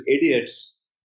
idiots